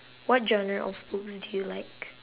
what genre of books do you like